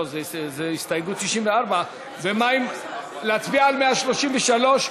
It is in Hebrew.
לא, זה סעיף 94. להצביע על 133,